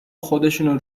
خودشونو